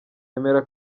emera